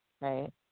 Right